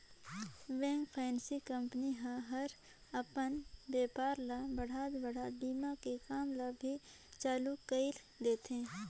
bank, finance company ह हर अपन बेपार ल बढ़ात बढ़ात बीमा के काम ल भी चालू कइर देथे